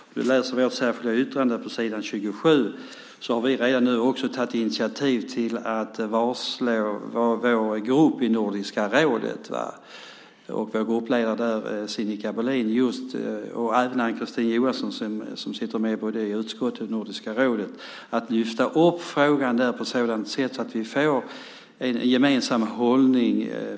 Som man kan se i vårt särskilda yttrande på s. 27 har vi redan nu tagit initiativ till att föreslå vår grupp i Nordiska rådet - det handlar om vår gruppledare där, Sinikka Bohlin, och om Ann-Kristine Johansson, som sitter med både i utskottet och Nordiska rådet - att ta upp frågan där, så att vi får en gemensam hållning.